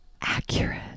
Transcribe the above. Accurate